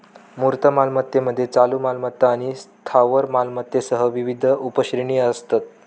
मूर्त मालमत्तेमध्ये चालू मालमत्ता आणि स्थावर मालमत्तेसह विविध उपश्रेणी असतात